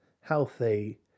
healthy